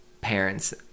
parents